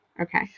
Okay